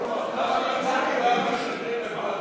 נבחר ציבור שהורשע בעבירה שיש עמה קלון)